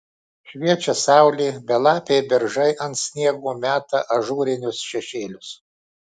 šviečia saulė belapiai beržai ant sniego meta ažūrinius šešėlius